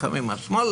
לפעמים השמאל,